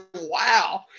Wow